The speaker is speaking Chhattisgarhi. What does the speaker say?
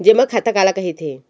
जेमा खाता काला कहिथे?